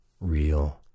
real